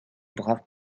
braves